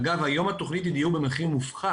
אגב, היום התכנית היא דיור במחיר מופחת,